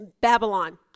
Babylon